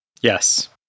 Yes